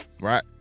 Right